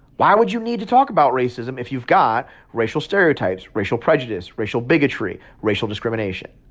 why would you need to talk about racism if you've got racial stereotypes, racial prejudice, racial bigotry, racial discrimination?